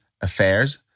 Affairs